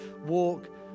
walk